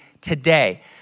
today